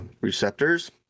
receptors